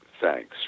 thanks